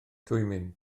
twymyn